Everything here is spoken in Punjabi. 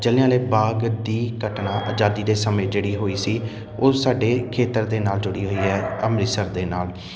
ਜਲ੍ਹਿਆਂਵਾਲੇ ਬਾਗ ਦੀ ਘਟਨਾ ਆਜ਼ਾਦੀ ਦੇ ਸਮੇਂ ਜਿਹੜੀ ਹੋਈ ਸੀ ਉਹ ਸਾਡੇ ਖੇਤਰ ਦੇ ਨਾਲ ਜੁੜੀ ਹੋਈ ਹੈ ਅੰਮ੍ਰਿਤਸਰ ਦੇ ਨਾਲ